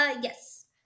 Yes